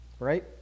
right